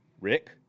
Rick